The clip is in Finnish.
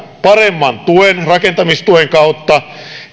paremman valtion rakentamistuen kautta